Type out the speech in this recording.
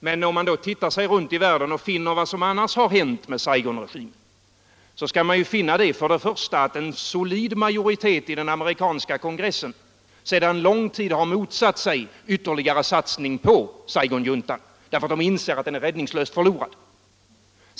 Men om man tittar sig runt i världen och finner vad som annars har hänt med Saigonregimen så skall man finna att en solid majoritet i den amerikanska kongressen sedan lång tid har motsatt sig ytterligare satsning på Saigonjuntan därför att det står klart att den är räddningslöst förlorad.